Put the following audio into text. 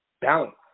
Balance